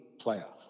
playoff